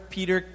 Peter